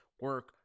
Work